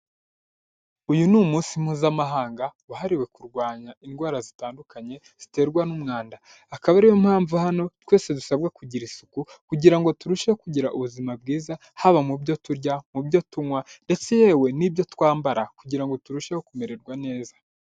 Uyu ni umunsi mpuzamahanga wahariwe kurwanya indwara zitandukanye ziterwa n'umwanda, akaba ari yo mpamvu hano twese dusabwa kugira isuku kugira ngo turusheho kugira ubuzima bwiza haba mu byo turya, mu byo tunywa, ndetse yewe n'ibyo twambara kugira ngo turusheho kumererwa neza.